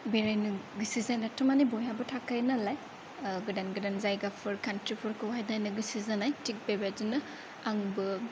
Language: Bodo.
बेरायनो गोसो जानायाथ' माने बयहाबो थाखायो नालाय गोदान गोदान जायगाफोर कान्ट्रिफोरखौहाय नायनो गोसो जानाय थिग बेबायदिनो आंबो